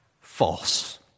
False